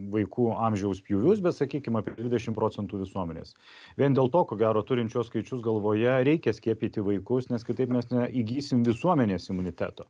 vaikų amžiaus pjūvius bet sakykim apie dvidešim procentų visuomenės vien dėl to ko gero turint šiuos skaičius galvoje reikia skiepyti vaikus nes kitaip mes neįgysim visuomenės imuniteto